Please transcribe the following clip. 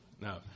No